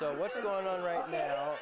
what's going on right now